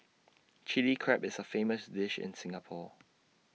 Chilli Crab is A famous dish in Singapore